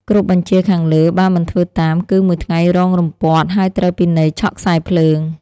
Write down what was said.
គ្រប់បញ្ជាខាងលើ បើមិនធ្វើតាម គឺមួយថ្ងៃរងរំពាត់ ហើយត្រូវពិន័យឆក់ខ្សែរភ្លើង។